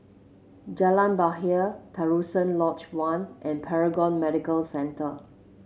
Jalan Bahagia Terusan Lodge One and Paragon Medical Centre